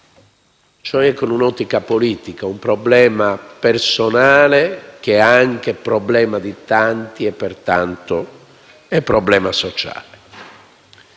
cioè con un'ottica politica: un problema personale che è anche problema di tanti e pertanto è problema sociale.